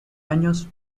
años